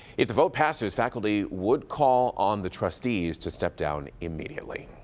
if the vote passes, faculty would call on the trustees to step down immediately.